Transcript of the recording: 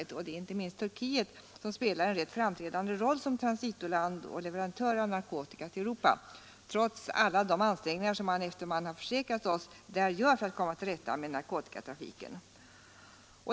Till dessa hör inte minst Turkiet, som spelar en rätt framträdande roll som transitoland och leverantör av narkotika till Europa, trots alla de ansträngningar som man efter vad man har försäkrat oss där gör för att komma till rätta med narkotikatrafiken.